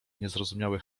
niezrozumiały